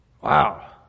Wow